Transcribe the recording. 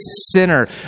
sinner